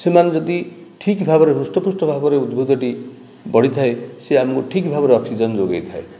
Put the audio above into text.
ସେମାନେ ଯଦି ଠିକ ଭବାରେ ହୃଷ୍ଟପୃଷ୍ଟ ଭାବରେ ଉଦ୍ଭିଦଟି ବଢ଼ିଥାଏ ସେ ଆମକୁ ଠିକ ଭାବରେ ଅକ୍ସିଜେନ୍ ଯୋଗାଇଥାଏ